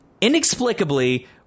inexplicably